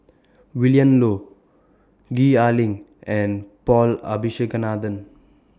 Willin Low Gwee Ah Leng and Paul Abisheganaden